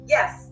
Yes